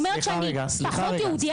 אומרת שאני פחות יהודייה?